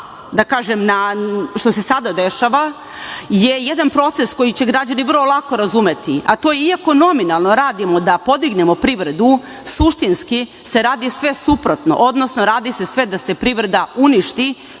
što se sada dešava je jedan proces koji će građani vrlo lako razumeti, a to je, iako nominalno radimo da podignemo privredu, suštinski se radi sve suprotno, odnosno radi se sve da se privreda uništi,